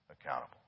accountable